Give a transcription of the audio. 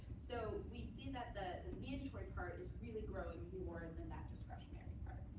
so we see that the mandatory part is really growing more than that discretionary part.